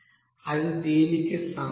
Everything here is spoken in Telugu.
అది కి సమానం